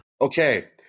Okay